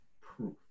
proof